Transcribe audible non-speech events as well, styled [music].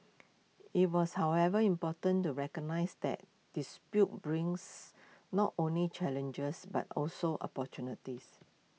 IT was however important to recognise that [unintelligible] brings not only challengers but also opportunities